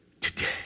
today